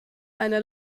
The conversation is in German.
eine